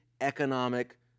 economic